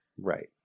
Right